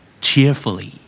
Cheerfully